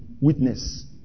witness